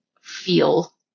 feel